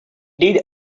did